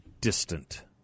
distant